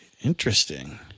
Interesting